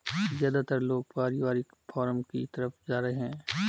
ज्यादातर लोग पारिवारिक फॉर्म की तरफ जा रहै है